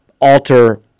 alter